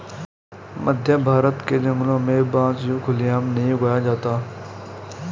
मध्यभारत के जंगलों में बांस यूं खुले आम नहीं उगाया जाता